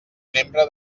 membre